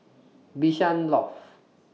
Bishan Loft